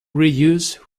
reuse